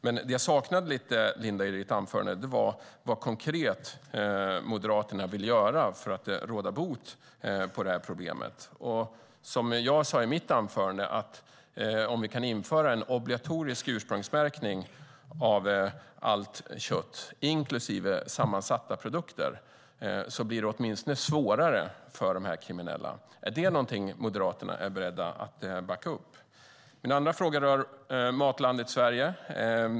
Men det jag saknade lite, Linda, i ditt anförande var vad Moderaterna vill göra konkret för att råda bot på det här problemet. Som jag sade i mitt anförande: Om vi kan införa en obligatorisk ursprungsmärkning av allt kött, inklusive sammansatta produkter, blir det åtminstone svårare för de kriminella. Är det någonting Moderaterna är beredda att backa upp? Min andra fråga rör Matlandet Sverige.